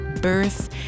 birth